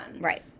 Right